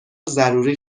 ضروری